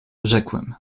rzekłem